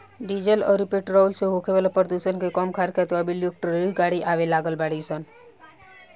diesel अउरी petrol से होखे वाला प्रदुषण के कम करे खातिर अब इलेक्ट्रिक गाड़ी आवे लागल बाड़ी सन